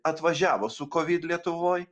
atvažiavo su kovid lietuvoj